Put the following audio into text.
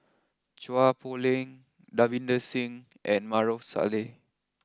Chua Poh Leng Davinder Singh and Maarof Salleh